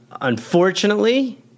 Unfortunately